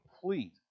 complete